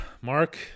Mark